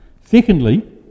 Secondly